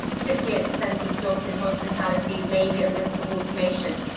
fifty eight percent of jobs in hospitality may be at risk of automation.